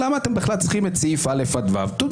למה אתם צריכים את סעיפים קטנים (א) עד (ו).